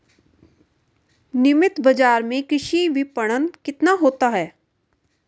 नियमित बाज़ार में कृषि विपणन कितना होता है?